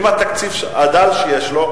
עם התקציב הדל שיש לו,